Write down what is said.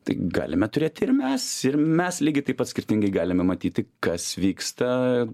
tai galime turėti ir mes ir mes lygiai taip pat skirtingai galime matyti kas vyksta